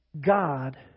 God